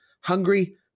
hungry